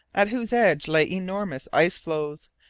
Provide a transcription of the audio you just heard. at whose edge lay enormous ice-floes,